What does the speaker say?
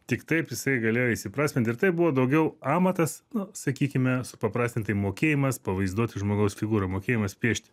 tik taip jisai galėjo įsiprasmint ir tai buvo daugiau amatas na sakykime supaprastintai mokėjimas pavaizduoti žmogaus figūrą mokėjimas piešti